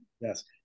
Yes